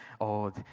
old